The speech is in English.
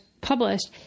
published